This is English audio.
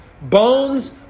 Bones